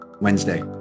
Wednesday